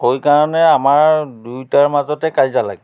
সেই কাৰণে আমাৰ দুইটাৰ মাজতে কাইজিয়া লাগে